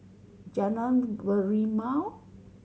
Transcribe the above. Jalan Merlimau